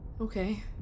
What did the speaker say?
okay